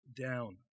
down